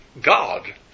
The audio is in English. God